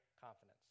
confidence